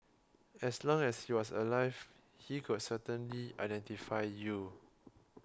as long as he was alive he could certainly identify you